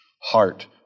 heart